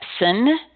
Epson